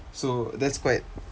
so that's quite